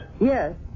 Yes